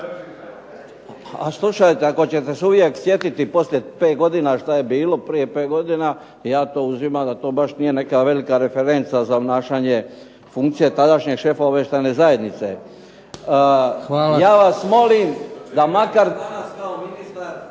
A slušajte, ako ćete se uvijek sjetiti poslije 5 godina šta je bilo prije 5 godina, ja to uzimam da to baš nije neka velika referenca za obnašanje funkcija tadašnjeg šefa Obavještajne zajednice. Ja vas molim da makar